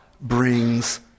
brings